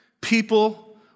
People